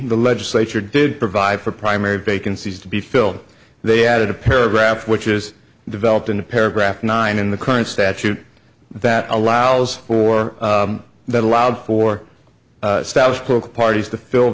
the legislature did provide for primary vacancies to be filled they added a paragraph which is developed in the paragraph nine in the current statute that allows for that allowed for status quo parties to fill